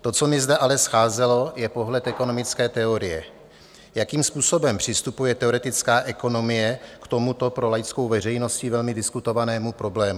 To, co mi zde ale scházelo, je pohled ekonomické teorie, jakým způsobem přistupuje teoretická ekonomie k tomuto pro laickou veřejností velmi diskutovanému problému.